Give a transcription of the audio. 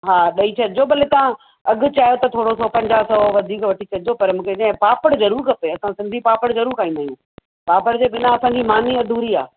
हा ॾई छॾिजो भले तव्हां अघि चायो त थोरो सो पंजा सौ वधीक वठी छॾिजो पर मूंखे एन पापड़ जरूर खपे असां सिंधी पापड़ जरूर खाईंदा आहियूं पापड़ जे बिना असांजी मानी अधूरी आहे